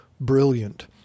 brilliant